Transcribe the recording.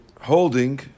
holding